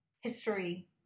history